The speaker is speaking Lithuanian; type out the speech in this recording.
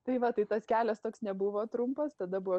tai va tai tas kelias toks nebuvo trumpas tada buvo